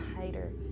tighter